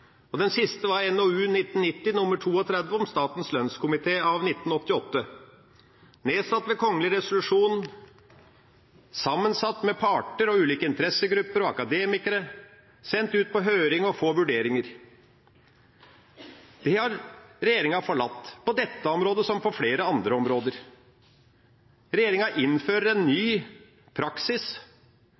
utredninger. Den siste var NOU 1990:32 om statens lønnskomité av 1988, nedsatt ved kongelig resolusjon, sammensatt med parter og ulike interessegrupper og akademikere, sendt ut på høringer for å få vurderinger. Det har regjeringa forlatt – på dette området som på flere andre områder. Regjeringa innfører en ny praksis.